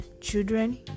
Children